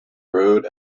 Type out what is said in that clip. road